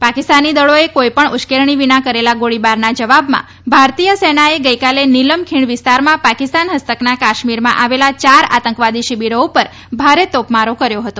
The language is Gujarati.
પાકિસ્તાની દળોએ કોઈપણ ઉશ્કેરણી વિના કરેલા ગોળીબારના જવાબમાં ભારતીય સેનાએ ગઈકાલે નિલમ ખીણ વિસ્તારમાં પાકિસ્તાન ફસ્તકના કાશ્મીરમાં આવેલા યાર આતંકવાદી શિબિરો ઉપર ભારે તોપમારો કર્યો હતો